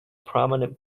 prominent